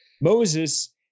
Moses